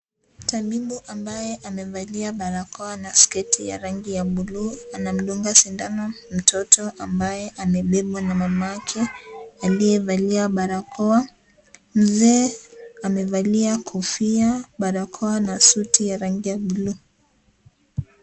Tabibu ambaye amevalia barakoa na sketi ya rangi ya buluu anamdunga sindano mtoto ambaye amebebwa na mamake aliyevalia barakoa, mzee amevalia kofia , barakoa na suti ya rangi ya buluu.